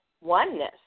oneness